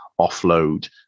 offload